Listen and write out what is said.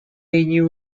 new